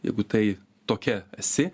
jeigu tai tokia esi